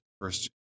First